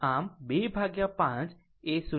આમ 25 એ 0